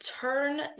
turn